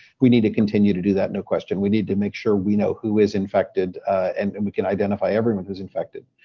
we need to continue to do that. no question. we need to make sure we know who is infected and and we can identify everyone who is infected.